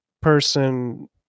person